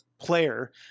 player